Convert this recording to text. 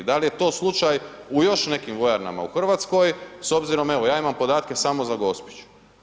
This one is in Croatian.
Da li je to slučaj u još nekim vojarnama u Hrvatskoj s obzirom da ja imamo podatke samo za Gospić?